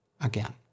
again